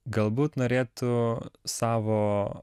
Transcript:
galbūt norėtų savo